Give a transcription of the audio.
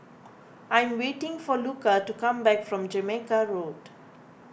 I am waiting for Luca to come back from Jamaica Road